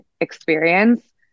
experience